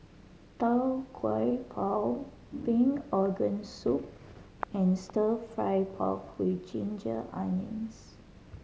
Tau Kwa Pau pig organ soup and Stir Fry pork with ginger onions